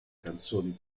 canzoni